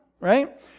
right